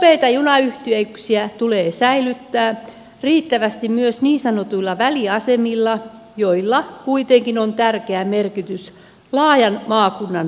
nopeita junayhteyksiä tulee säilyttää riittävästi myös niin sanotuilla väliasemilla joilla kuitenkin on tärkeä merkitys laajan maakunnan palvelijana